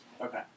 Okay